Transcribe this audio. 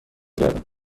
گردم